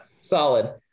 Solid